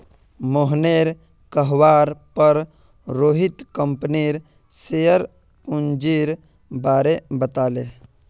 मोहनेर कहवार पर रोहित कंपनीर शेयर पूंजीर बारें बताले